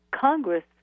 Congress